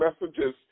messages